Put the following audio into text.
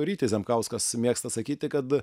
rytis zemkauskas mėgsta sakyti kad